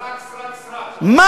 סרק, סרק, סרק, הוא אמר.